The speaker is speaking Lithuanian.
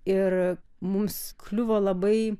ir mums kliuvo labai